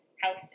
health